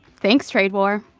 thanks trade war